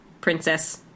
princess